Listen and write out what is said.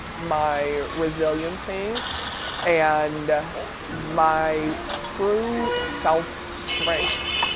my resiliency and my true self strength.